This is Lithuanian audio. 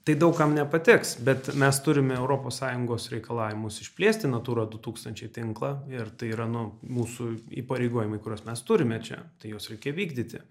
tai daug kam nepatiks bet mes turime europos sąjungos reikalavimus išplėsti natura du tūkstančiai tinklą ir tai yra nu mūsų įpareigojimai kuriuos mes turime čia tai juos reikia vykdyti